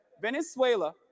venezuela